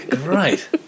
right